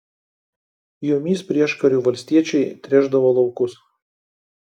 jomis prieškariu valstiečiai tręšdavo laukus